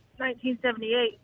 1978